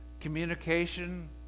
Communication